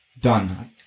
done